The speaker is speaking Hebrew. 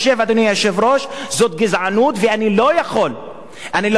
ואני לא יכול לא לעשות את הדמיון הזה